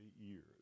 years